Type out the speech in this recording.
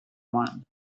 one